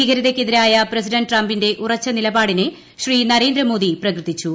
ഭീകരതയ്ക്കെതിരായ president ട്രംപിന്റെ ഉറച്ച നിലപാടിനെ ശ്രീ നരേന്ദ്രമോദി പ്രകീർത്തിച്ചു